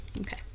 okay